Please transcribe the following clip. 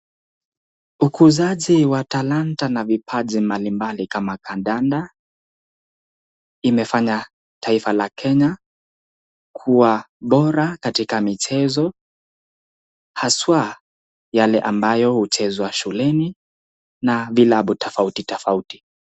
Ukuzaji wa talanta na vipaji mbalimbali kama kandanda imefanya taifa la Kenya kuwa bora katika michezo haswa yale ambayo huchezwa shuleni na vilabu tofauti tofauti.